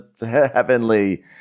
Heavenly